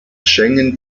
schengen